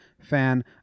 fan